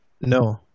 No